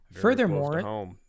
Furthermore